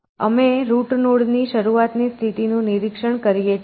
અમે રૂટની નોડ ની શરૂઆતની સ્થિતિનું નિરીક્ષણ કરીએ છીએ